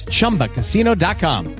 Chumbacasino.com